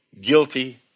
guilty